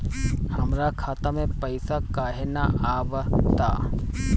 हमरा खाता में पइसा काहे ना आव ता?